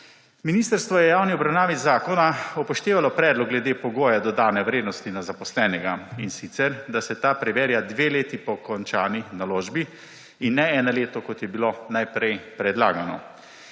Ministrstvo je v javni obravnavi zakona upoštevalo predlog glede pogoja dodane vrednosti na zaposlenega, in sicer da se ta preverja dve leti po končani naložbi in ne eno leto, kot je bilo najprej predlagano.